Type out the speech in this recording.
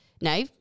No